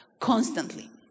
constantly